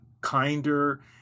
kinder